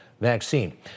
vaccine